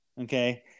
Okay